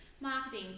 marketing